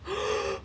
!huh!